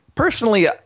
Personally